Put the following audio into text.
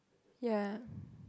ya